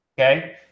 Okay